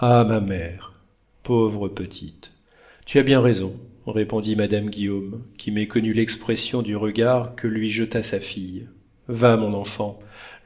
ah ma mère pauvre petite tu as bien raison répondit madame guillaume qui méconnut l'expression du regard que lui jeta sa fille va mon enfant